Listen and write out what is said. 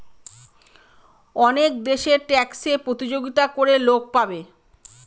অনেক দেশে ট্যাক্সে প্রতিযোগিতা করে লোক পাবে